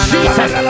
Jesus